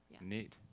Neat